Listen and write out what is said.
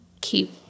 keep